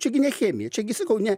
čia gi ne chemija čia gi sakau ne